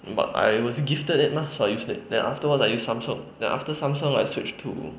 but I was gifted it mah so I use it then afterwards I use samsung then after samsung I switch to